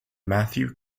matthew